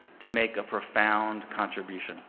to make a profound contribution